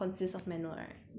ya correct